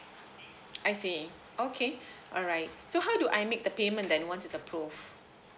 I see okay alright so how do I make the payment then once it's approved